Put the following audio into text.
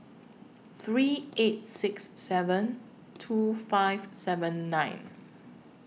three eight six seven two five seven nine